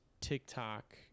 TikTok